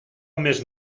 més